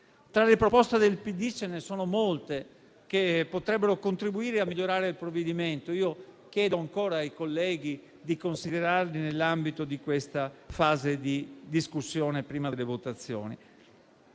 Tra le proposte del PD ce ne sono molte che potrebbero contribuire a migliorare il provvedimento e chiedo ancora ai colleghi di considerarle nell'ambito di questa fase di discussione, prima delle votazioni.